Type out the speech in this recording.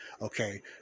Okay